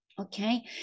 Okay